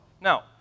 Now